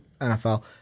NFL